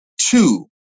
two